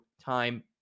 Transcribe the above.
time